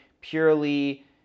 purely